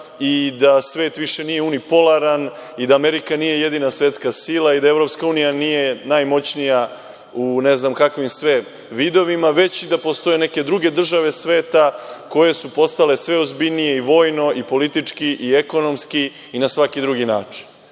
i da svet više nije unipolaran i da Amerika nije jedina svetska i da Evropska unija nije najmoćnija u ne znam kakvim sve vidovima, već da postoje i neke druge države sveta koje su postale sve ozbiljnije - i vojno i politički i ekonomski i na svaki drugi način.